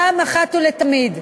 אחת ולתמיד.